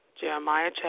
Jeremiah